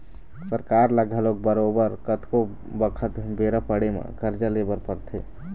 सरकार ल घलोक बरोबर कतको बखत बेरा पड़े म करजा ले बर परथे